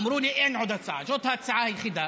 אמרו לי: אין עוד הצעה, זאת ההצעה היחידה.